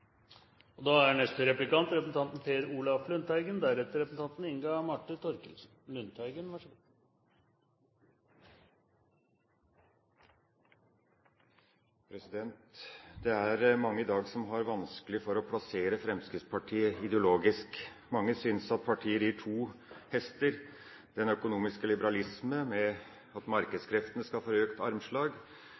Det er mange i dag som har vanskelig for å plassere Fremskrittspartiet ideologisk. Mange synes at partiet rir to hester, den økonomiske liberalisme, ved at markedskreftene skal få økt armslag,